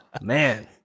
Man